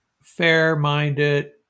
fair-minded